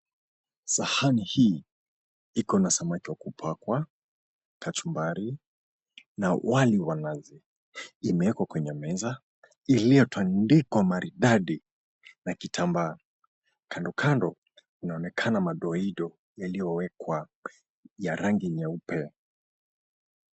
Sahani hii iko na samaki wa kupakwa, kachumbari na wali wa nazi, imeekwa kwenye meza iliyotandikwa maridadi na kitambaa, kando kando inaonekana madoido yaliyowekwa ya rangi nyeupe.